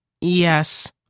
Yes